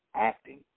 acting